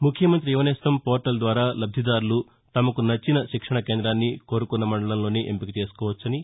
ముఖ్యమంత్రి యువనేస్తం పోర్టల్ ద్వారా లబ్దిదారులు తమకు నచ్చిన శిక్షణ కేందాన్ని కోరుకున్న మండలంలోనే ఎంపిక చేసుకోవచ్చని